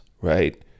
right